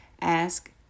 Ask